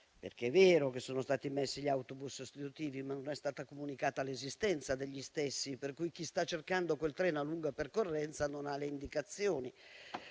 c'è: è vero che ci sono gli autobus sostitutivi, ma non è stata comunicata l'esistenza degli stessi, per cui chi sta cercando quel treno a lunga percorrenza non ha le indicazioni,